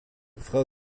frau